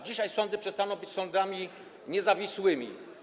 Dzisiaj sądy przestaną być sądami niezawisłymi.